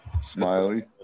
Smiley